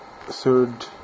third